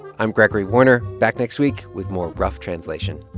i'm gregory warner, back next week with more rough translation